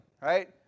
right